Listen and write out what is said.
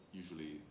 usually